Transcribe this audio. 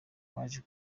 waje